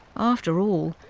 after all,